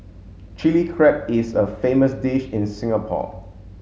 Chilli Crab is a famous dish in Singapore